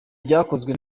byakozwe